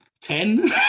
Ten